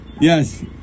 Yes